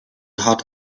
hot